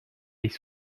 les